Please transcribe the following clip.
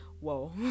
whoa